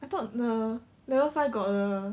I thought the level five got err